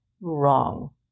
Wrong